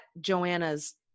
Joanna's